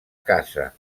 casa